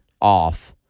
off